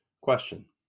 Question